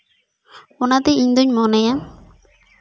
ᱚᱱᱟᱛᱮ ᱤᱧᱫᱩᱧ ᱢᱚᱱᱮᱭᱟ